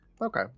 okay